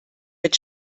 mit